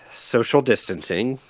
social distancing,